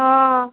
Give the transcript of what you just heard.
অঁ